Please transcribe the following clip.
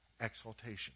exaltation